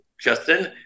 Justin